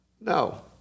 No